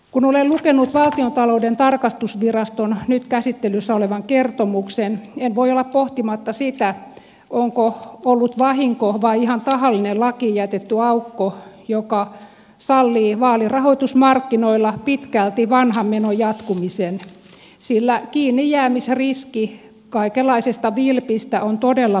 kun olen lukenut valtiontalouden tarkastusviraston nyt käsittelyssä olevan kertomuksen en voi olla pohtimatta sitä onko ollut vahinko vai ihan tavallinen lakiin jätetty aukko joka sallii vaalirahoitusmarkkinoilla pitkälti vanhan menon jatkumisen sillä kiinnijäämisriski kaikenlaisesta vilpistä on todella pieni